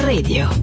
Radio